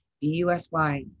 B-U-S-Y